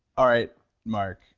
all right mark,